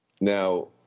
Now